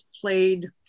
played